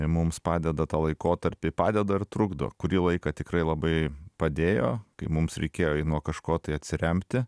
mums padeda tą laikotarpį padeda ir trukdo kurį laiką tikrai labai padėjo kai mums reikėjo nuo kažko tai atsiremti